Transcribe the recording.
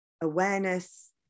awareness